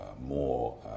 more